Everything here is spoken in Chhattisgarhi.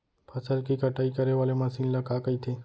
फसल की कटाई करे वाले मशीन ल का कइथे?